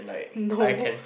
no